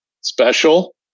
special